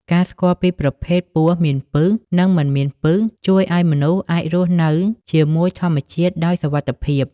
ការស្គាល់ពីប្រភេទពស់មានពិស និងមិនមានពិស ជួយឱ្យមនុស្សអាចរស់នៅជាមួយធម្មជាតិដោយសុវត្ថិភាព។